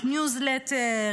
יש ניוזלטר,